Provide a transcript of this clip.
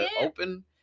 open